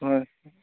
হয়